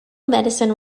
medicine